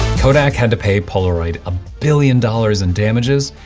kodak had to pay polaroid a billion dollars in damages,